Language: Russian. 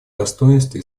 достоинстве